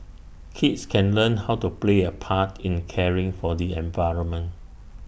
kids can learn how to play A part in caring for the environment